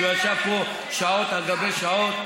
כשהוא ישב פה שעות על גבי שעות,